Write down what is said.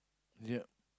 yup